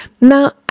now